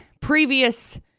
previous